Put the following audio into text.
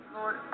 Lord